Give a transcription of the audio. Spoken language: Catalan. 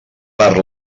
per